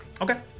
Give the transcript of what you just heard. Okay